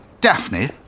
Daphne